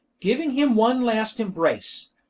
giving him one last embrace,